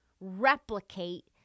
replicate